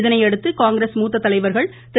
இதனையடுத்து காங்கிரஸ் மூத்த தலைவர்கள் திரு